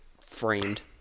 framed